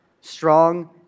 strong